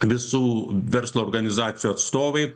visų verslo organizacijų atstovai